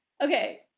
Okay